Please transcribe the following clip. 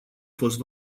fost